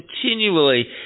continually